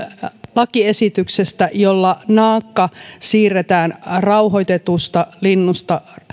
lakiesityksestä jolla naakka siirretään rauhoitetusta linnusta